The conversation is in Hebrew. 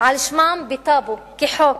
על שמם בטאבו כחוק.